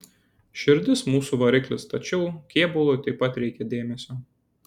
širdis mūsų variklis tačiau kėbului taip pat reikia dėmesio